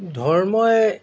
ধৰ্মই